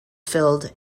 filled